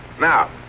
Now